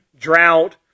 drought